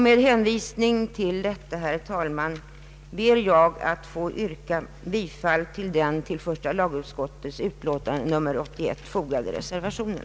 Under hänvisning till det anförda, herr talman, ber jag att få yrka bifall till den till första lagutskottets utlåtande nr 81 fogade reservationen.